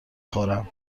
خورم